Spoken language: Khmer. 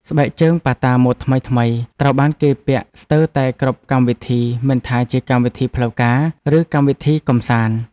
ស្បែកជើងប៉ាតាម៉ូដថ្មីៗត្រូវបានគេពាក់ស្ទើរតែគ្រប់កម្មវិធីមិនថាជាកម្មវិធីផ្លូវការ ឬកម្មវិធីកម្សាន្ត។